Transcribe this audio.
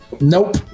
Nope